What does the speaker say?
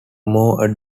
more